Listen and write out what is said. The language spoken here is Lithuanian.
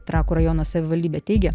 trakų rajono savivaldybė teigia